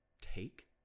take